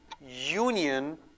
union